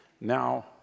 Now